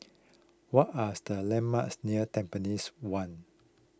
what are the landmarks near Tampines one